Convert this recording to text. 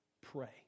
pray